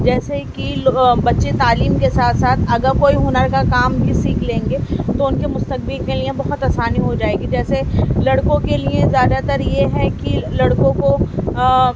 جیسے کہ بچے تعلیم کے ساتھ ساتھ اگر کوئی ہنر کا کام بھی سیکھ لیں گے تو ان کے مستقبل کے لئے بہت آسانی ہو جائے گی جیسے لڑکوں کے لئے زیادہ تر یہ ہے کہ لڑکوں کو